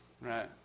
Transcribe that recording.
right